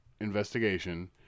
investigation